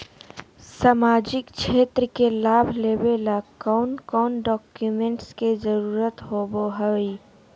सामाजिक क्षेत्र के लाभ लेबे ला कौन कौन डाक्यूमेंट्स के जरुरत होबो होई?